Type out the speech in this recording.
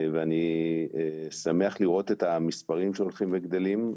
אני שמח לראות את המספרים שהולכים וגדלים.